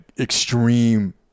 extreme